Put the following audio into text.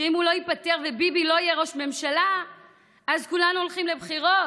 שאם הוא לא ייפתר וביבי לא יהיה ראש הממשלה אז כולנו הולכים לבחירות,